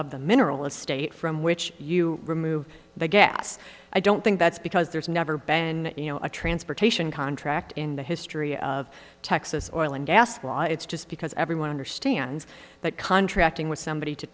of the mineral estate from which you remove the gas i don't think that's because there's never been a transportation contract in the history of texas oil and gas law it's just because everyone understands that contracting with somebody to